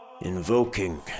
Invoking